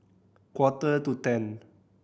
quarter to ten